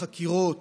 בחקירות,